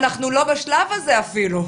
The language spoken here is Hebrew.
אנחנו לא בשלב הזה אפילו.